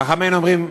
חכמינו אומרים: